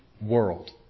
world